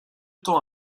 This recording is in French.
temps